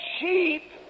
sheep